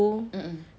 mmhmm